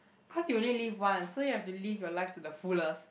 cause you only live once so you have to live your life to the fullest